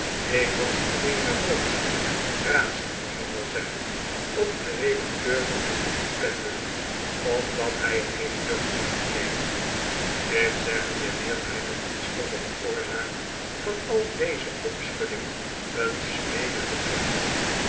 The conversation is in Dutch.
ik was alleen maar boos razend mag ik wel zeggen op den redactexir van den independent omdat hij het heeft durven opnemen dit zeggende wierp hij de onschuldige oorzaak van al deze opschudding een smeekenden blik toe